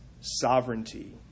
sovereignty